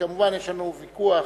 שכמובן יש לנו ויכוח,